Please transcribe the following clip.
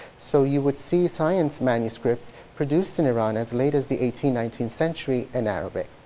so you would see science manuscripts produced in iran as late as the eighteenth nineteenth century in arabic.